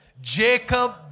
Jacob